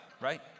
right